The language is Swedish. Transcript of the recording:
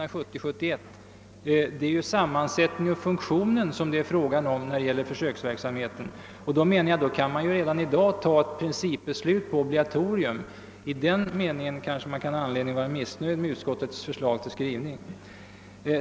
Nej, det är sammansättningen och funktionen som det är fråga om, när det gäller försöksverksamheten. Och då kan det enligt min mening redan i dag fattas ett principbeslut om obligatorium. I den meningen kanske man kan ha anledning att vara missnöjd med utskottets skrivning.